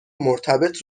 مرتبط